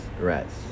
Rats